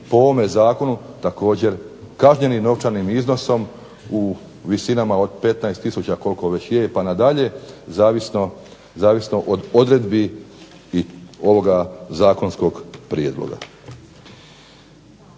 po ovome Zakonu također kažnjeni novčanim iznosom u visinama od 15 tisuća pa nadalje zavisno od odredbi ovog Zakonskog prijedloga.